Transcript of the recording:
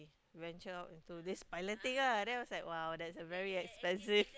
venture out into this pilot thing ah then I was like !wow! that's a very expensive